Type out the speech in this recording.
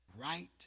right